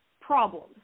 problems